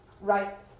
right